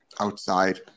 outside